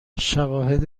شواهد